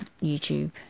youtube